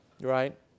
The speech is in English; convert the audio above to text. right